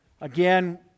Again